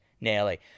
nearly